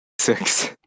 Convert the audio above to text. Six